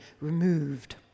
removed